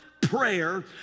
prayer